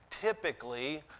Typically